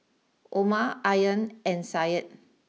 Omar Aryan and Said